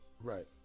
Right